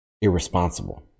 irresponsible